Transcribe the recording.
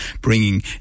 bringing